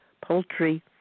poultry